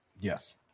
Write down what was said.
Yes